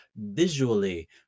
visually